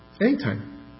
Anytime